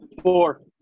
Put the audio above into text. Four